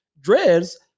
Dreads